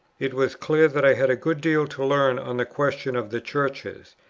it was clear that i had a good deal to learn on the question of the churches,